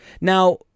Now